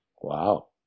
Wow